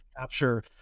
capture